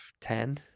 Ten